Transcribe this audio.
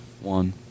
one